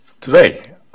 today